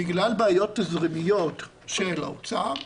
בגלל בעיות תזרימיות של האוצר,